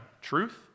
truth